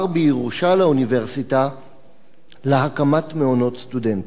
בירושה לאוניברסיטה להקמת מעונות לסטודנטים.